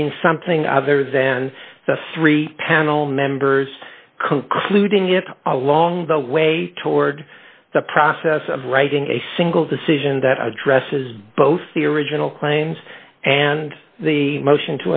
to mean something other than the three panel members concluding it along the way toward the process of writing a single decision that addresses both the original claims and the motion